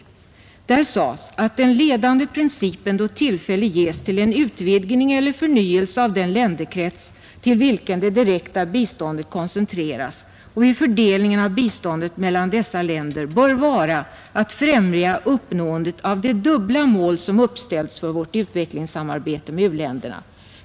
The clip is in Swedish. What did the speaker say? Där sägs att ”den ledande principen, då tillfälle ges till en utvidgning eller förnyelse av den länderkrets till vilken det direkta biståndet koncentreras, och vid fördelningen av biståndet mellan dessa länder bör vara att främja uppnåendet av det dubbla mål som uppställts för vårt utvecklingssamarbete med u-länderna.